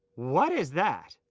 what is that?